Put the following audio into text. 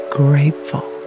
grateful